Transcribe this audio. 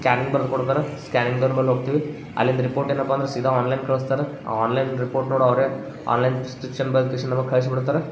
scanning ಬರೆದು ಕೊಡ್ತಾರೆ ಸ್ಕ್ಯಾನಿಂಗ್ದವ್ರ ಬಳ್ ಹೋಗ್ತೀವಿ ಅಲ್ಲಿಂದ ರಿಪೋರ್ಟ್ ಏನಪ್ಪ ಅಂದ್ರೆ ಸೀದಾ ಆನ್ಲೈನ್ ಕಳಸ್ತಾರೆ ಆ ಆನ್ಲೈನ್ ರಿಪೋರ್ಟ್ ನೋಡಿ ಅವರೇ ಆನ್ಲೈನ್ ಪ್ರಿಸ್ಕ್ರಿಪ್ಶನ್ ಬರ್ದ ಕೇಸಿಂದು ನಮಗೆ ಕಳಿಸಿ ಬಿಡ್ತಾರೆ